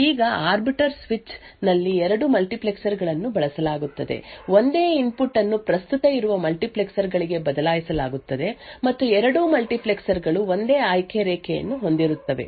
ಈಗ arbiter switch ನಲ್ಲಿ ಎರಡು ಮಲ್ಟಿಪ್ಲೆಕ್ಸರ್ ಗಳನ್ನು ಬಳಸಲಾಗುತ್ತದೆ ಒಂದೇ ಇನ್ಪುಟ್ ಅನ್ನು ಪ್ರಸ್ತುತ ಇರುವ ಮಲ್ಟಿಪ್ಲೆಕ್ಸರ್ ಗಳಿಗೆ ಬದಲಾಯಿಸಲಾಗುತ್ತದೆ ಮತ್ತು ಎರಡೂ ಮಲ್ಟಿಪ್ಲೆಕ್ಸರ್ ಗಳು ಒಂದೇ ಆಯ್ಕೆ ರೇಖೆಯನ್ನು ಹೊಂದಿರುತ್ತವೆ